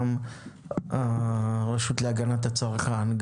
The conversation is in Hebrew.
גם הרשות להגנת הצרכן,